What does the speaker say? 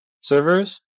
servers